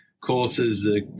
courses